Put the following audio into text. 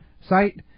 site